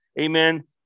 Amen